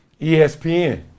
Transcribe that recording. ESPN